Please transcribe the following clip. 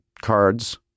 cards